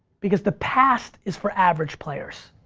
because the past is for average players.